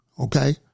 Okay